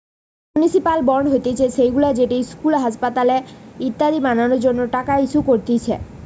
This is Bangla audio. মিউনিসিপাল বন্ড হতিছে সেইগুলা যেটি ইস্কুল, আসপাতাল ইত্যাদি বানানোর জন্য টাকা ইস্যু করতিছে